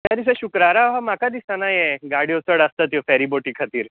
त्या दिसा शुक्रारा म्हाका दिसाना ह्यें गाडयो चड आसता त्यो फॅरीबोटी खातीर